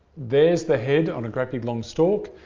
there's the head on a great big long stalk,